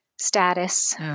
status